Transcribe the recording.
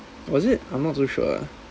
was it I'm not so sure